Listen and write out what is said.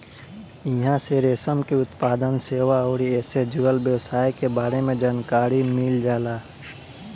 इहां से रेशम के उत्पादन, सेवा अउरी एसे जुड़ल व्यवसाय के बारे में जानकारी मिल जाला